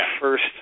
first